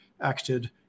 acted